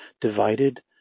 divided